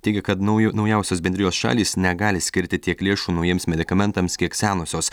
teigia kad naujo naujausios bendrijos šalys negali skirti tiek lėšų naujiems medikamentams kiek senosios